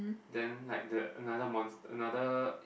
then like the another monster another